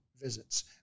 visits